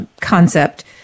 concept